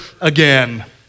again